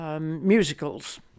musicals